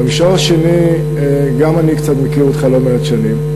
במישור השני, גם אני קצת מכיר אותך, לא מעט שנים,